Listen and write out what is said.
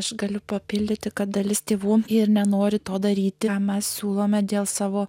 aš galiu papildyti kad dalis tėvų ir nenori to daryti ar mes siūlome dėl savo